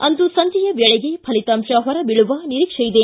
ಅಂದು ಸಂಜೆಯ ವೇಳೆಗೆ ಫಲಿತಾಂಶ ಹೊರಬೀಳುವ ನಿರೀಕ್ಷೆ ಇದೆ